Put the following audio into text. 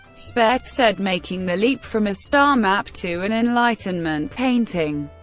spaihts said, making the leap from a star map, to an enlightenment painting,